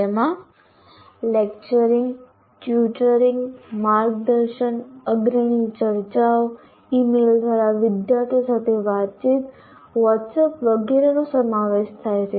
તેમાં lecturing tutoring માર્ગદર્શન અગ્રણી ચર્ચાઓ ઇમેઇલ દ્વારા વિદ્યાર્થીઓ સાથે વાતચીત વોટ્સએપ વગેરેનો સમાવેશ થાય છે